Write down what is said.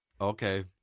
Okay